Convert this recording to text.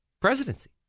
presidency